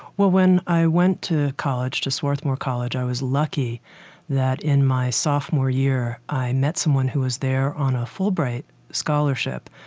when i went to college, to swarthmore college, i was lucky that in my sophomore year, i met someone who was there on a fulbright scholarship,